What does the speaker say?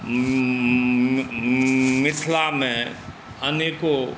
मिथिलामे अनेको